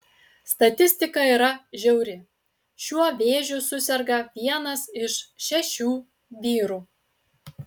statistika yra žiauri šiuo vėžiu suserga vienas iš šešių vyrų